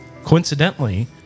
Coincidentally